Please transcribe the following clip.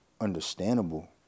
understandable